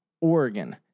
Oregon